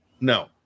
No